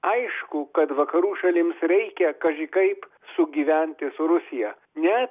aišku kad vakarų šalims reikia kaži kaip sugyventi su rusija net